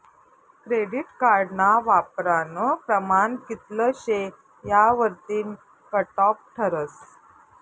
credit कार्डना वापरानं प्रमाण कित्ल शे यावरतीन कटॉप ठरस